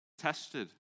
tested